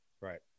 Right